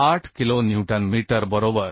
98 kilo newton metre बरोबर